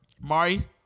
Mari